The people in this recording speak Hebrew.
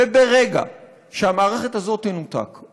וברגע שהמערכת הזאת תנותק,